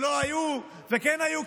שלא היו וכן היו,